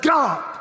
God